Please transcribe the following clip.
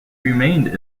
remained